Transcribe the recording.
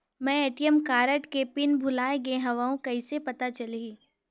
मैं ATM card के pin भुलाए गे हववं कइसे पता चलही?